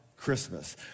Christmas